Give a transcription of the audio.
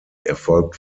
erfolgt